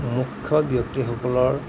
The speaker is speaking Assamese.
মুখ্য ব্যক্তিসকলৰ